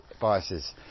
biases